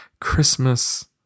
Christmas